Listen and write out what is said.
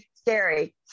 Scary